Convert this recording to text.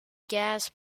gas